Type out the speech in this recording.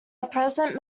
present